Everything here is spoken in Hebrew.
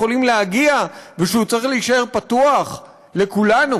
יכולים להגיע והוא צריך להישאר פתוח לכולנו.